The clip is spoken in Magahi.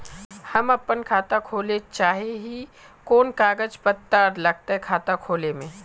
हम अपन खाता खोले चाहे ही कोन कागज कागज पत्तार लगते खाता खोले में?